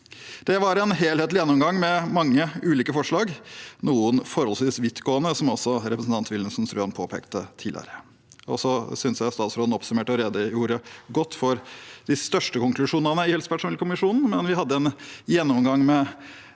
Det var en helhetlig gjennomgang med mange ulike forslag – noen forholdsvis vidtgående, som representanten Wilhelmsen Trøen påpekte tidligere. Jeg synes statsråden oppsummerte og redegjorde godt for de største konklusjonene fra helsepersonellkommisjonen. Vi hadde en gjennomgang med